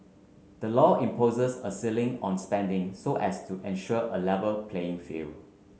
the law imposes a ceiling on spending so as to ensure A Level playing field